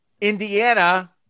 Indiana